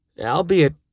albeit